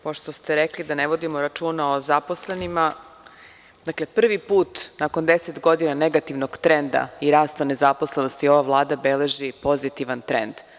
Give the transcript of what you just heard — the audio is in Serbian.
Pošto ste rekli da ne vodimo računa o zaposlenima, dakle, prvi put nakon 10 godina negativnog trenda i rasta nezaposlenosti, ova Vlada beleži pozitivan trend.